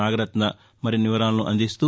నాగరత్న మరిన్ని వివరాలను అందిస్తూ